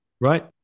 Right